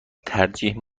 ترجیح